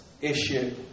issue